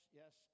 yes